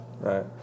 right